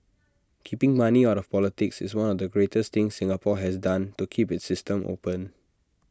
keeping money out of politics is one of the greatest things Singapore has done to keep its system open